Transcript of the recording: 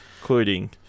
Including